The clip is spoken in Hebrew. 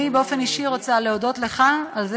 אני באופן אישי רוצה להודות לך על זה